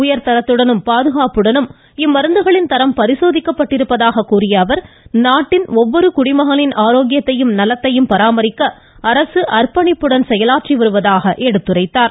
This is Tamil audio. உயர்தரத்துடனும் பாதுகாப்புடனும் இம்மருந்துகளின் தரம் பரிசோதிக்கப்பட்டிருப்பதாக கூறிய அவர் நாட்டின் ஒவ்வொரு குடிமகனின் ஆரோக்கியத்தையும் நலத்தையும் பராமரிக்க அரசு அர்ப்பணிப்புடன் செயலாற்றி வருவதாக எடுத்துரைத்தார்